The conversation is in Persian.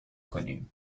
کنیم